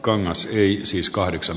arvoisa puhemies